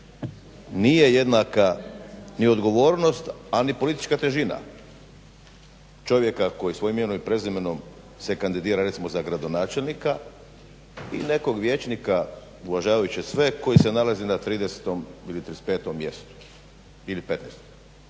nije jednaka ni odgovornost a ni politička težina čovjeka koji svojim imenom i prezimenom se kandidira recimo za gradonačelnika i nekog vijećnika uvažavajući sve koji se nalaze na 30. ili 35. mjestu ili 15. To